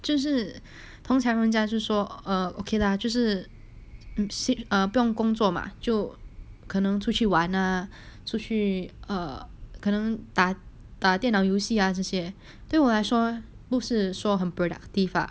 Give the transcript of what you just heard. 就是通常大家就是说 err okay lah 就是 seat ah 不用工作嘛就可能出去玩 ah 出去 err 可能打打电脑游戏啊这些对我来说不是说很 productive lah